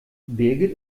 birgit